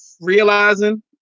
realizing